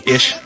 Ish